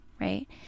right